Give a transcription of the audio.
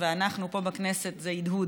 אנחנו פה בכנסת זה הדהוד.